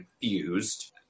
confused